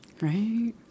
Right